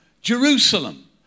Jerusalem